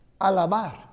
alabar